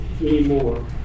anymore